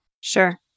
Sure